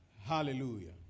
Hallelujah